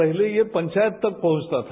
पहले यह पंचायत तक पहुंचता था